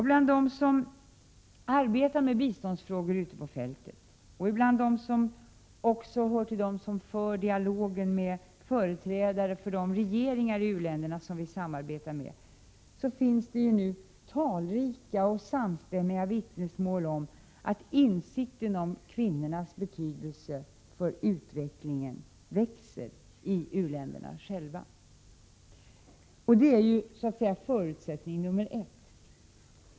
Från dem som arbetar med biståndsfrågor ute på fältet och från dem som för dialogen med företrädare för de regeringar i u-länderna som vi samarbetar med finns det nu talrika och samstämmiga vittnesmål om att insikten om kvinnornas betydelse för utvecklingen växer i u-länderna själva. Det är ju så att säga förutsättning nummer 1.